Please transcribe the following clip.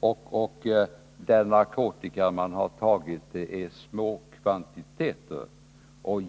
och de kvantiteter narkotika man tagit är små.